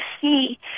see